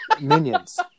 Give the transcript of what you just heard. minions